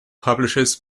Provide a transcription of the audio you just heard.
publishes